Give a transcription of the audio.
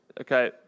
Okay